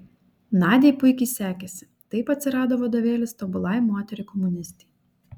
nadiai puikiai sekėsi taip atsirado vadovėlis tobulai moteriai komunistei